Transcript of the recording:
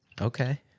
Okay